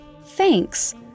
Thanks